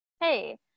hey